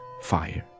fire